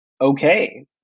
okay